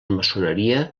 maçoneria